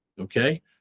Okay